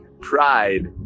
pride